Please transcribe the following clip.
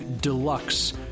deluxe